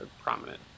prominent